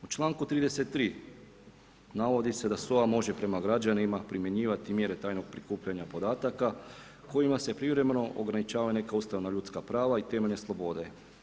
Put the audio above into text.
U članku 33. navodi se da SOA može prema građanima primjenjivati mjere tajnog prikupljanja podataka kojima se privremeno ograničavaju neka ustavna ljudska prava i temeljne slobode.